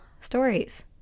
stories